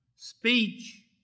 Speech